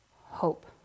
hope